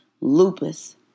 Lupus